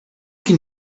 can